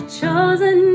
chosen